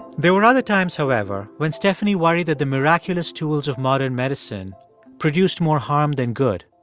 there were other times, however, when stephanie worried that the miraculous tools of modern medicine produced more harm than good.